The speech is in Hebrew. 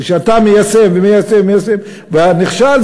וכשאתה מיישם ומיישם ומיישם ואז נכשל,